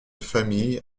famille